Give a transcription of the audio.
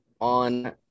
on